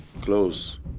close